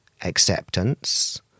acceptance